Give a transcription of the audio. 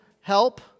help